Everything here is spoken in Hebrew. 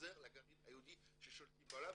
חוזר לגרעין היהודי שהם שולטים בעולם.